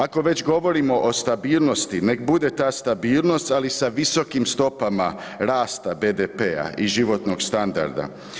Ako već govorimo o stabilnosti nek bude ta stabilnost ali sa visokim stopama rasta BDP-a i životnog standarda.